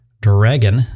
Dragon